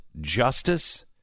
justice